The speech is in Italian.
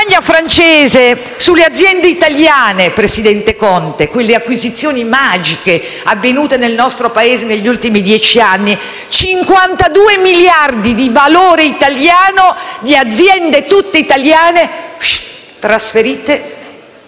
campagna francese sulle aziende italiane, presidente Conte. Mi riferisco a quelle acquisizioni "magiche" avvenute nel nostro Paese negli ultimi dieci anni: 52 miliardi di euro di valore italiano, di aziende tutte italiane trasferite